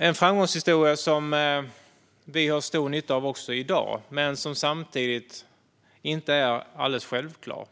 var en framgångshistoria som vi har stor nytta av också i dag, men som inte får tas för självklar.